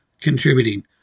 contributing